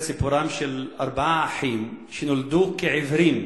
סיפורם של ארבעה אחים שנולדו עיוורים.